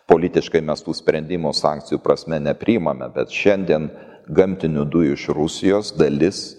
politiškai mes tų sprendimo sankcijų prasme nepriimame bet šiandien gamtinių dujų iš rusijos dalis